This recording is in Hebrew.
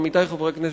עמיתי חברי הכנסת,